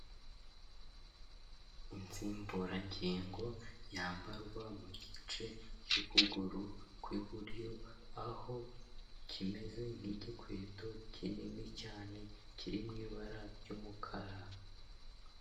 Insimburangingo yambarwa mu gice cy'ukuguru kw'iburyo, aho kimeze nk'igikweto kinini cyane kiri mu ibara ry'umukara.